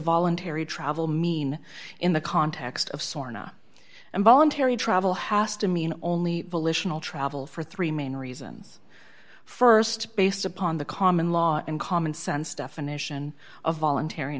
voluntary travel mean in the context of sarna and voluntary travel has to mean only volitional travel for three main reasons st based upon the common law and common sense definition of voluntary